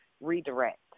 redirect